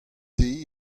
deiz